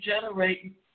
generate